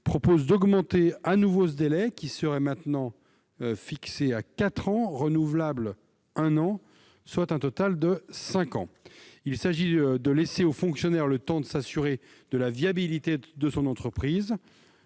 vise à augmenter de nouveau ce délai, qui serait alors porté à quatre ans, renouvelable pour un an, soit un total de cinq ans. Il s'agit de laisser au fonctionnaire le temps de s'assurer de la viabilité de son entreprise,